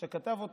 שכתב אותו,